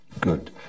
Good